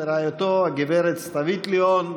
ורעייתו הגב' סתווית ליאון,